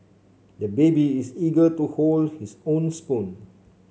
the baby is eager to hold his own spoon